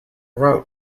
route